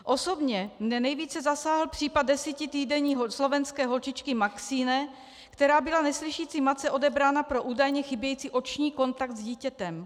Osobně mě nejvíce zasáhl případ 10týdenní slovenské holčičky Maxine, která byla neslyšící matce odebrána pro údajně chybějící oční kontakt s dítětem.